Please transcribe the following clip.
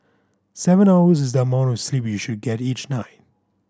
seven hours is the amount of sleep you should get each night